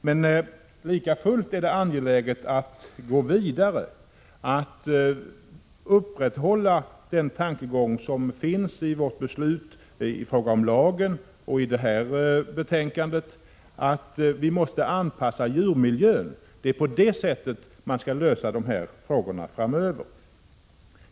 Men likafullt är det angeläget att gå vidare, för att upprätthålla den tankegång som finns i beslutet om lagen och i detta beslut, dvs. att vi måste anpassa djurmiljön. Det är på det sättet dessa frågor skall lösas framöver.